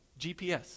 GPS